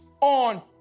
on